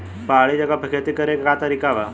पहाड़ी जगह पर खेती करे के का तरीका बा?